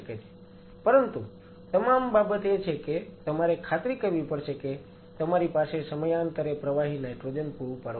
પરંતુ તમામ બાબત એ છે કે તમારે ખાતરી કરવી પડશે કે તમારી પાસે સમયાંતરે પ્રવાહી નાઈટ્રોજન પૂરું પાડવામાં આવે છે